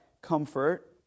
comfort